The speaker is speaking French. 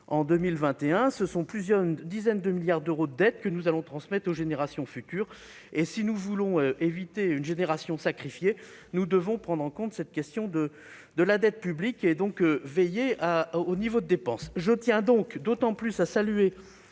en 2021. Ce sont plusieurs dizaines de milliards d'euros de dettes que nous allons transmettre aux générations futures. Si nous voulons éviter de sacrifier celles-ci, nous devons prendre en compte cette question de la dette publique et veiller au niveau de dépenses. Je tiens donc à saluer